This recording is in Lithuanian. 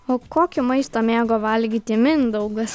o kokį maistą mėgo valgyti mindaugas